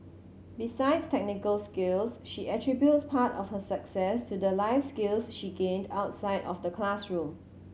besides technical skills she attributes part of her success to the life skills she gained outside of the classroom